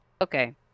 Okay